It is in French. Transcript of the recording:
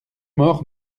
morts